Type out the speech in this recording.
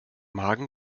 magen